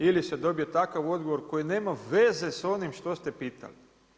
Ili se dobije takav odgovor koji nema veze s onim što ste pitali.